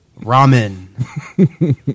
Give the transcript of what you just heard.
Ramen